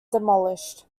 demolished